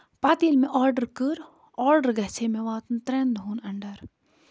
پَتہٕ ییٚلہِ مےٚ آرڈر کٔر آرڈر گژھِ ہے مےٚ واتُن ترٮ۪ن دۄہن اَنڈر